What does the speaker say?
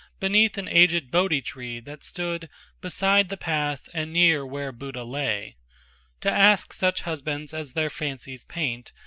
beneath an aged bodhi-tree that stood beside the path and near where buddha lay to ask such husbands as their fancies paint,